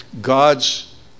God's